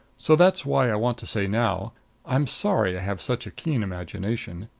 so that's why i want to say now i'm sorry i have such a keen imagination.